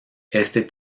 este